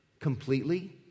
completely